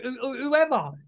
whoever